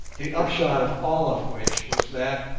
the upshot of all of which was that,